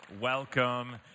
welcome